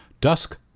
Dusk